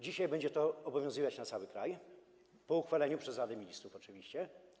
Dzisiaj będzie to obowiązywać na terenie całego kraju, po uchwaleniu przez Radę Ministrów oczywiście.